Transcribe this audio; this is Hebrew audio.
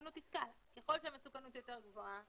ככל שהמסוכנות יותר גבוהה,